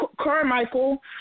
Carmichael